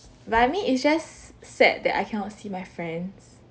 but I mean it's just sad that I cannot see my friends